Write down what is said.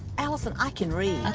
allisyn, i can read.